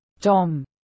Tom